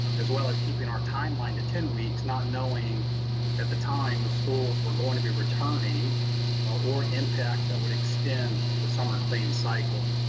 as well as keeping our timeline to ten weeks. not knowing at the time the schools were going to be returning or impacts that would extend the summer claims cycle.